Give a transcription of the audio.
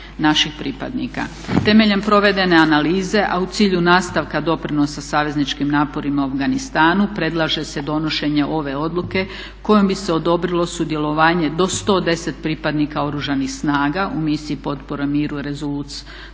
naših pripadnika. Temeljem provedene analize a u cilju nastavka doprinosa savezničkih naporima u Afganistanu predlaže se donošenje ove odluke kojom bi se odobrilo sudjelovanje do 110 pripadnika Oružanih snaga u Misiji potpore miru "resoulute